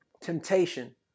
temptation